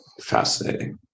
Fascinating